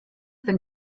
denn